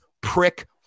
prick